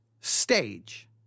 stage